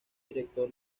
director